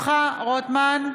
רוטמן,